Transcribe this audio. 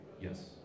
Yes